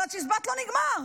אבל הצ'יזבט לא נגמר.